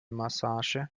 massage